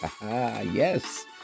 Yes